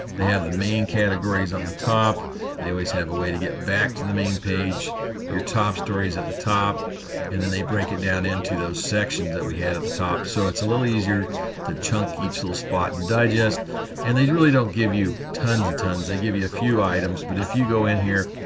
they have the main categories on the top they always have a way to get back to the main page page your top stories at the top and then they break it down into those sections that we had at the top so it's a little easier to chunk each little spot and digest and they really don't give you tons and tons they give you a few items but if you go in here,